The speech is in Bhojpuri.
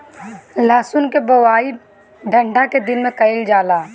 लहसुन के बोआई ठंढा के दिन में कइल जाला